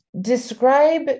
describe